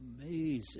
amazing